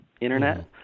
Internet